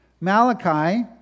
Malachi